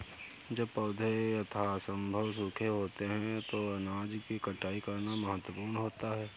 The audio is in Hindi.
जब पौधे यथासंभव सूखे होते हैं अनाज की कटाई करना महत्वपूर्ण होता है